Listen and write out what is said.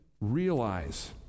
realize